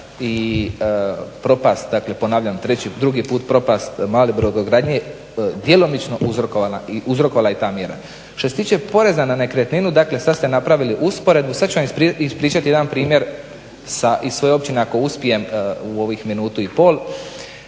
i propast dakle ponavljam, drugi put propast male brodogradnje djelomično uzrokovala je ta mjera. Što se tiče poreza na nekretninu dakle sada ste napravili usporedbu sada ću vam ispričati jedan primjer sa iz svoje općine ako uspijem u ovih minutu i pol.